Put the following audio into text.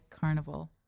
Carnival